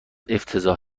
افتضاح